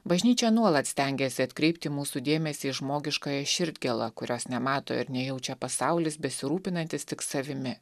bažnyčia nuolat stengiasi atkreipti mūsų dėmesį į žmogiškąją širdgėlą kurios nemato ir nejaučia pasaulis besirūpinantis tik savimi